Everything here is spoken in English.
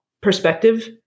perspective